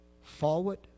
forward